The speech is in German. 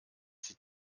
sie